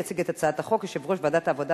יציג את הצעת החוק יושב-ראש ועדת העבודה,